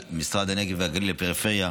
אולי של משרד הנגב והגליל לפריפריה,